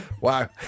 Wow